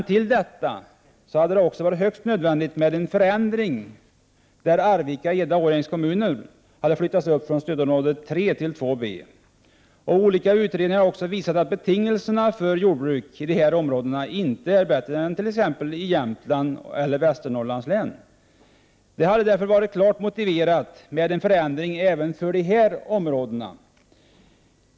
Till detta hade det också varit högst nödvändigt med en förändring där Arvikas, Edas och Årjängs kommuner hade flyttats upp från stödområde 3 till 2 b. Olika utredningar har också visat att betingelserna för jordbruk i de här områdena inte är bättre än t.ex. i Jämtlands eller Västernorrlands län. Det hade därför varit klart motiverat med en förändring även för dessa områden.